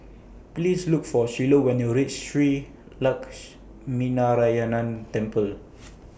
Please Look For Shiloh when YOU REACH Shree Lakshminarayanan Temple